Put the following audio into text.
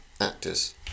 actors